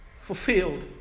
fulfilled